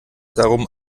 darum